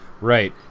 Right